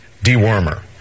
dewormer